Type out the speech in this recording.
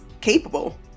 capable